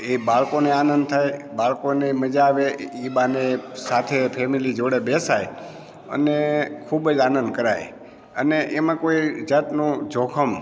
એ બાળકોને આનંદ થાય બાળકોને મજા આવે એ બહાને સાથે ફેમેલી જોડે બેસાય અને ખૂબ જ આનંદ કરાય અને એમાં કોઈ જાતનું જોખમ